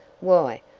why,